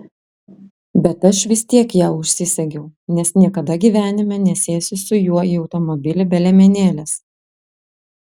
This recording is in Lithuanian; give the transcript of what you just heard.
bet aš vis tiek ją užsisegiau nes niekada gyvenime nesėsiu su juo į automobilį be liemenėlės